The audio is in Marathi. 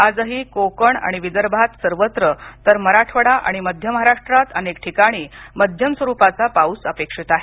आजही कोकण आणि विदर्भात सर्वत्र तर मराठवाडा आणि मध्य महाराष्ट्रात अनेक ठिकाणी मध्यम स्वरुपाचा पाऊस अपेक्षित आहे